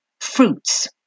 fruits